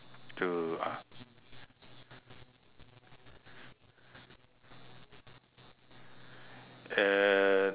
to ah